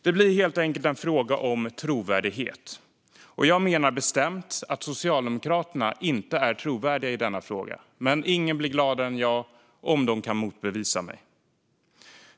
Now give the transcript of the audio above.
Det blir helt enkelt en fråga om trovärdighet. Jag menar bestämt att Socialdemokraterna inte är trovärdiga i denna fråga. Men ingen blir gladare än jag om de kan motbevisa mig.